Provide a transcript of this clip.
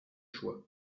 choix